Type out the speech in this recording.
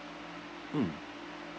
mm